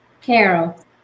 Carol